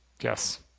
Yes